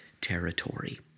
territory